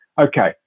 Okay